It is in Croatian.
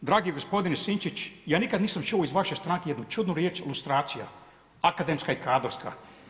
Dragi gospodine Sinčić, ja nikad nisam čuo iz vaše stranke jednu čudnu riječ lustracija, akademska i kadrovska.